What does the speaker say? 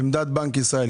ישראל,